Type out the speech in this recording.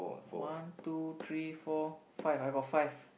one two three four five I got five